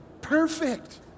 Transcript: Perfect